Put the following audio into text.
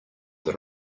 that